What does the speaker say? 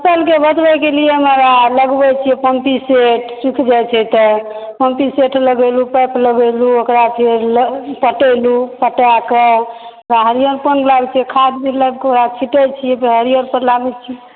फसलक बचबै के लिय हमरा आर लगबै छियै पंपिंग सेट सूखि जाइ छै तऽ पंपिंग सेट लगेलहुॅं पाइप लगेलहुॅं ओकरा जे पटेलहुॅं पटाके ओकरा हरियरपन लागै छै खाद ओकर बाद छीटै छी जे हरियरपन लागै छै